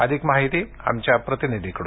अधिक माहिती आमच्या प्रतिनिधीकडून